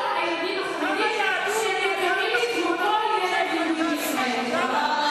כל הילדים החריגים שמקבלים כמו כל ילד יהודי בישראל.